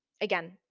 again